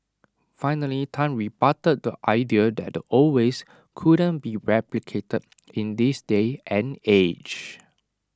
finally Tan rebutted the idea that the old ways couldn't be replicated in this day and age